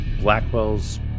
Blackwell's